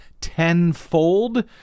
tenfold